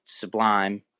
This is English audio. Sublime